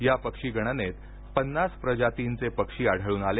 या पक्षीगणनेत पन्नास प्रजातींचे पक्षी आढळून आले